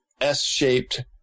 S-shaped